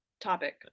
topic